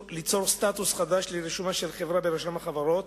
סטטוס חדש לרישומה של חברה ברשם החברות,